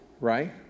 right